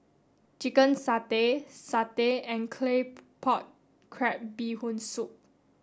chicken satay satay and claypot crab bee hoon soup